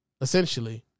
essentially